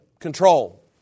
Control